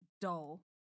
dull